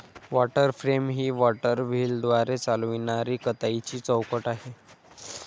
water frame ही water व्हीलद्वारे चालविणारी कताईची चौकट आहे